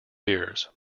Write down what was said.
beers